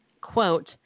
quote